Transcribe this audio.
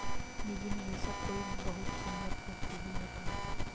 निजी निवेशक कोई बहुत समृद्ध व्यक्ति ही होता है